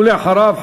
ואחריו,